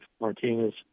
Martinez